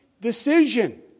decision